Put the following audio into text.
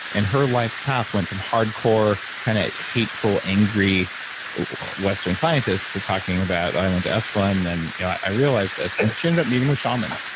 and her life's path went from hardcore kind of hateful angry western scientist to talking about oh, i went to esalen and you know i realized this and she ended up meeting with shamans,